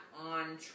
on